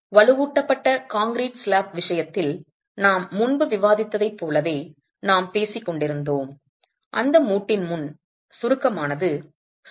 வலுவூட்டப்பட்ட concrete slab விஷயத்தில் நாம் முன்பு விவாதித்ததைப் போலவே நாம் பேசிக்கொண்டிருந்தோம் அந்த மூட்டின் முன் சுருக்கமானது சுமார் 0